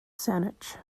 saanich